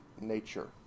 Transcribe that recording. nature